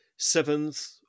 Seventh